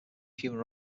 human